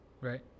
right